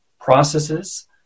processes